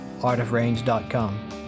artofrange.com